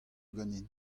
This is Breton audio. ganin